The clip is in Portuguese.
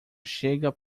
chega